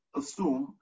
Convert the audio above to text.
assume